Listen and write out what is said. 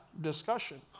discussion